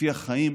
הפיח חיים